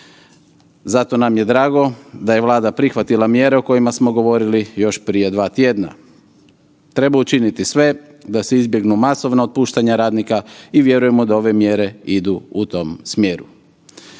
Zato nam je drago da je Vlada prihvatila mjere o kojima smo govorili još prije dva tjedna. Treba učiniti sve da se izbjegnu masovna otpuštanja radnika i vjerujemo da ove mjere idu u tom smjeru.